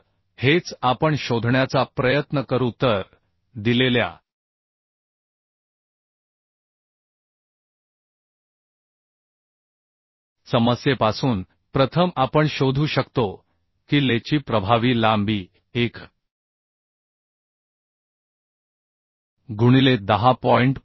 तर हेच आपण शोधण्याचा प्रयत्न करू तर दिलेल्या समस्येपासून प्रथम आपण शोधू शकतो की Le ची प्रभावी लांबी 1 गुणिले 10